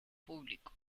público